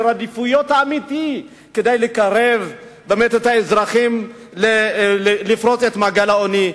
עדיפויות אמיתי כדי לקרב את האזרחים לפרוץ את מעגל העוני,